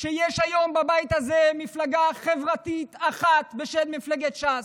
שיש היום בבית הזה מפלגה חברתית אחת בשם מפלגת ש"ס,